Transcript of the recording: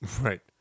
right